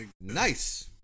Nice